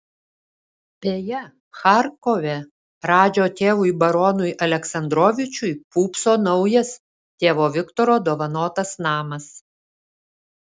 beje charkove radžio tėvui baronui aleksandrovičiui pūpso naujas tėvo viktoro dovanotas namas